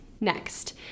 Next